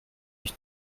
mich